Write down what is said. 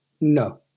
No